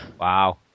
Wow